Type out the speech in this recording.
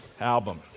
album